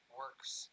works